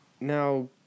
now